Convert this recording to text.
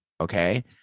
Okay